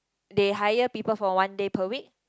they hire people for one day per week